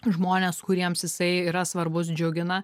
žmones kuriems jisai yra svarbus džiugina